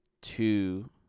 two